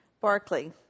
Barclay